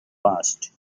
past